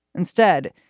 instead,